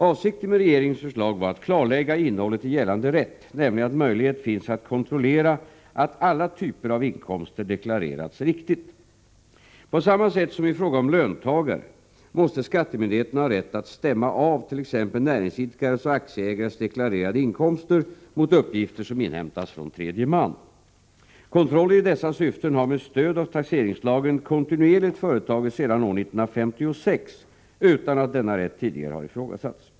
Avsikten med regeringens förslag var att klarlägga innehållet i gällande rätt, nämligen att möjlighet finns att kontrollera att alla typer av inkomster deklarerats riktigt. På samma sätt som i fråga om löntagare måste skattemyndigheterna ha rätt att stämma av t.ex. näringsidkares och aktieägares deklarerade inkomster mot uppgifter som inhämtas från tredje man. Kontroller i dessa syften har med stöd av taxeringslagen kontinuerligt företagits sedan år 1956 utan att denna rätt tidigare har ifrågasatts.